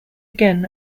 again